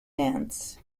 dance